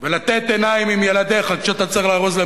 ולתת עיניים עם ילדיך כשאתה צריך לארוז להם